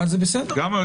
זו גם שאלה.